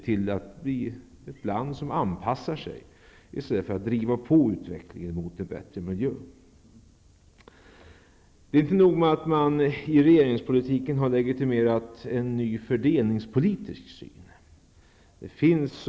Nu är vi ett land som anpassar sig i stället för att driva på utvecklingen mot en bättre miljö. Det är inte nog med att man i regeringspolitiken har legitimerat en ny fördelningspolitisk syn.